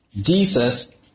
Jesus